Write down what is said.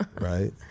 right